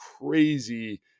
crazy